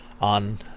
on